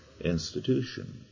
institution